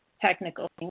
technical